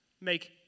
make